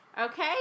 Okay